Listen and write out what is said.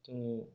जोङो